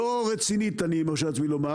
לא רצינית, אני מרשה לעצמי לומר